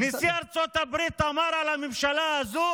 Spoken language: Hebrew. נשיא ארצות הברית אמר על הממשלה הזאת